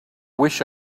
wish